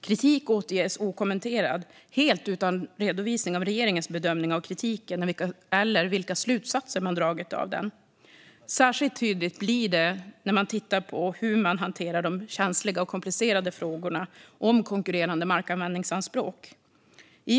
Kritik återges okommenterad, helt utan redovisning av regeringens bedömning av kritiken eller vilka slutsatser man dragit av den. Särskilt tydligt blir detta när man ser hur de känsliga och komplicerade frågorna om konkurrerande markanvändningsanspråk hanteras.